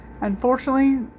Unfortunately